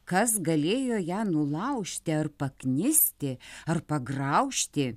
kas galėjo ją nulaužti ar paknisti ar pagraužti